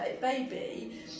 baby